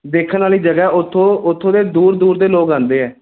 ਦੇਖਣ ਵਾਲੀ ਜਗ੍ਹਾ ਉੱਥੋਂ ਉੱਥੋਂ ਤਾਂ ਦੂਰ ਦੂਰ ਦੇ ਲੋਕ ਆਉਂਦੇ ਹੈ